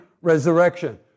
resurrection